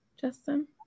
Justin